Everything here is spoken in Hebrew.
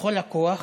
בכל הכוח,